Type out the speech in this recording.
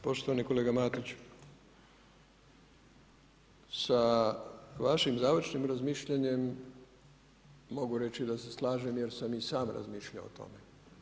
Poštovani kolega Matić, sa vašim završnim razmišljanjem, mogu reći da se slažem, jer sam i sam razmišljao o tome.